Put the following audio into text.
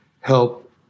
help